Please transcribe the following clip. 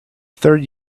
third